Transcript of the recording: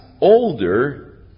older